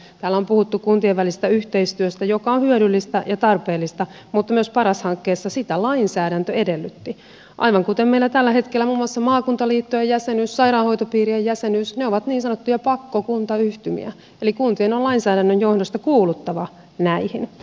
täällä on puhuttu kuntien välisestä yhteistyöstä joka on hyödyllistä ja tarpeellista mutta myös paras hankkeessa sitä lainsäädäntö edellytti aivan kuten meillä tällä hetkellä muun muassa maakuntaliittojen jäsenyys sairaanhoitopiirien jäsenyys ovat niin sanottuja pakkokuntayhtymiä eli kuntien on lainsäädännön johdosta kuuluttava näihin